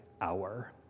hour